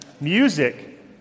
Music